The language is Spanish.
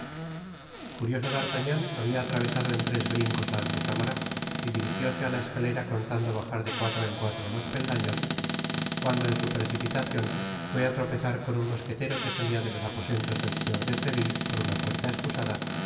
furioso d'artagnan habia atravesado en tres brincos la antecámara y dirigióse á la escalera contando bajar de cuatro en cuatro los peldaños cuando en su precipitacion fué á tropezar con un mosquetero que salia de los aposentos del señor de treville por una puerta escusada